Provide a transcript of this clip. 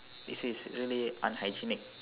this is really unhygienic